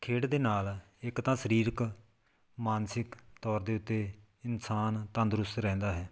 ਖੇਡ ਦੇ ਨਾਲ ਇੱਕ ਤਾਂ ਸਰੀਰਕ ਮਾਨਸਿਕ ਤੌਰ ਦੇ ਉੱਤੇ ਇਨਸਾਨ ਤੰਦਰੁਸਤ ਰਹਿੰਦਾ ਹੈ